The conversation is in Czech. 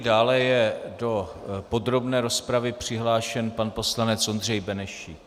Dále je do podrobné rozpravy přihlášen pan poslanec Ondřej Benešík.